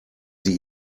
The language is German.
sie